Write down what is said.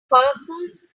sparkled